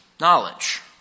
knowledge